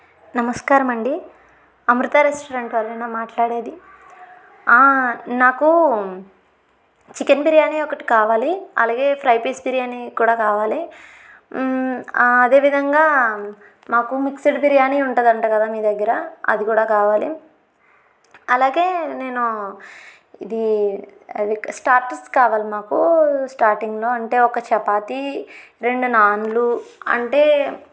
నమస్కారమండీ అమృత రెస్టారెంట్ వాళ్ళేనా మాట్లాడేది నాకు చికెన్ బిర్యానీ ఒకటి కావాలి అలాగే ఫ్రై పీస్ బిర్యానీ కూడా కావాలి అదేవిధంగా మాకు మిక్స్డ్ బిర్యానీ ఉంటుందంట కదా మీ దగ్గర అది కూడా కావాలి అలాగే నేను ఇది అది స్టార్టర్స్ కావాలి మాకు స్టార్టింగ్లో అంటే ఒక చపాతీ రెండు నాన్లు అంటే